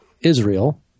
Israel